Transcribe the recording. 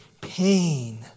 pain